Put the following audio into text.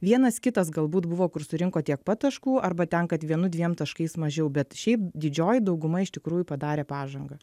vienas kitas galbūt buvo kur surinko tiek pat taškų arba ten kad vienu dviem taškais mažiau bet šiaip didžioji dauguma iš tikrųjų padarė pažangą